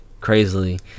crazily